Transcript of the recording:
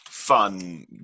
fun